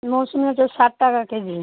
মৌসম্বি তো ষাট টাকা কেজি